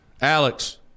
alex